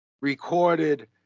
recorded